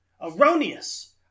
Erroneous